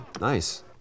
Nice